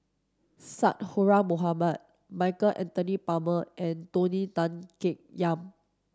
Mohamed Michael Anthony Palmer and Tony Tan Keng Yam